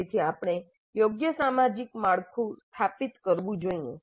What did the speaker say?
તેથી આપણે યોગ્ય સામાજિક માળખું સ્થાપિત કરવું જોઈએ